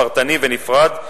פרטני ונפרד,